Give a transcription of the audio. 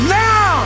now